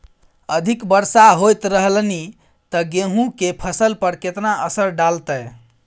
अधिक वर्षा होयत रहलनि ते गेहूँ के फसल पर केतना असर डालतै?